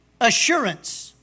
assurance